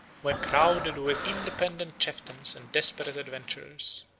were crowded with independent chieftains and desperate adventurers,